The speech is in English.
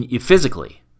Physically